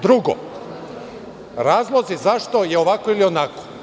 Drugo, razlozi zašto je ovako ili onako.